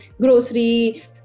grocery